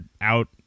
out